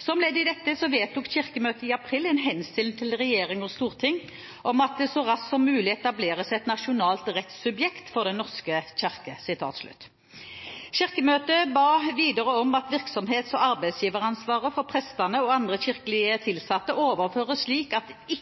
Som ledd i dette vedtok Kirkemøtet i april en henstilling til regjering og storting om at det «så raskt som mulig etableres et nasjonalt rettssubjekt for Den norske kirke». Kirkemøtet ba videre om at virksomhets- og arbeidsgiveransvaret for prestene og andre kirkelig tilsatte overføres slik at de ikke lenger hører inn under statlige forvaltningsorganer. Departementet har med bakgrunn i